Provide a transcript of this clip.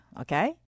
Okay